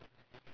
one